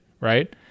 right